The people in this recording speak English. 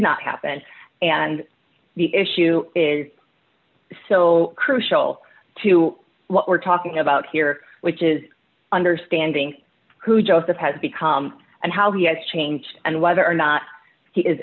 not happen and the issue is so crucial to what we're talking about here which is understanding who just it has become and how he has changed and whether or not he is